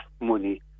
money